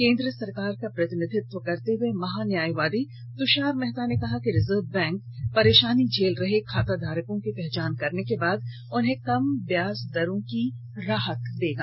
केंद्र सरकार का प्रतिनिधित्व करते हुए महान्यायवादी तुषार मेहता ने कहा कि रिजर्व बैंक परेशानी झेल रहे खाताधारकों की पहचान करने के बाद उन्हें कम ब्याज दरों की राहत देगा